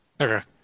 okay